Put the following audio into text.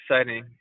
exciting